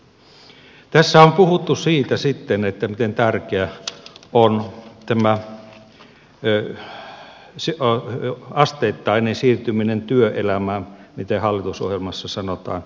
sitten tässä on puhuttu siitä miten tärkeä on tämä asteittainen siirtyminen työelämään miten hallitusohjelmassa sanotaan